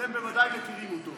אתם בוודאי מכירים אותו.